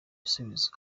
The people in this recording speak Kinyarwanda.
igisubizo